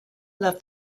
love